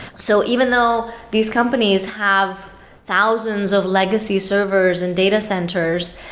so even though these companies have thousands of legacy servers and data centers,